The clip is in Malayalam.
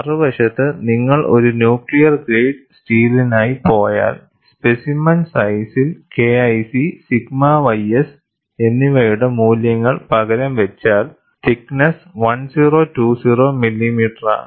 മറുവശത്ത് നിങ്ങൾ ഒരു ന്യൂക്ലിയർ ഗ്രേഡ് സ്റ്റീലിനായി പോയാൽ സ്പെസിമെൻ സൈസിൽ KIC സിഗ്മ ys എന്നിവയുടെ മൂല്യങ്ങൾ പകരം വച്ചാൽതിക്നെസ്സ് 1020 മില്ലിമീറ്ററാണ്